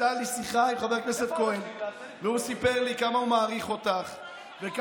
הייתה לי שיחה עם חבר הכנסת כהן והוא סיפר לי כמה הוא מעריך אותך וכמה,